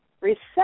reception